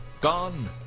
gone